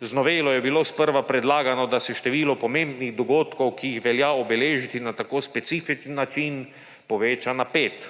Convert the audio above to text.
Z novelo je bilo sprva prelagano, da se število pomembnih dogodkov, ki jih velja obeležiti na tako specifičen način, poveča na 5.